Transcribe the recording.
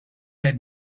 had